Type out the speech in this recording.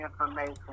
information